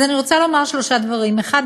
אז אני רוצה לומר שלושה דברים: האחד,